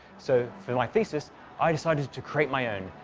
so for my thesis i decided to create my own,